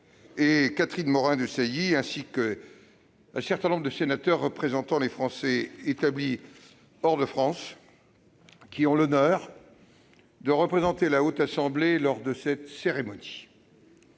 Mme Catherine Morin-Desailly, ainsi qu'un certain nombre de sénateurs représentant les Français établis hors de France, qui ont l'honneur de représenter la Haute Assemblée lors de cette cérémonie.